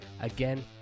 Again